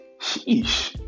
Sheesh